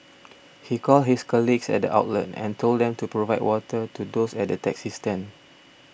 he called his colleagues at the outlet and told them to provide water to those at the taxi stand